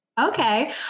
Okay